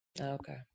Okay